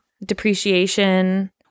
depreciation